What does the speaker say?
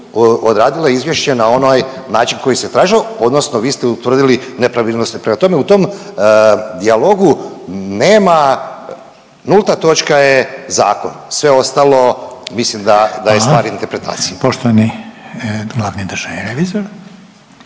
odradile izvješće na onaj način na koji se tražilo odnosno vi ste utvrdili nepravilnosti. Prema tome, u tom dijalogu nema nulta točka je zakon, sve ostalo mislim da je stvar interpretacije. **Reiner, Željko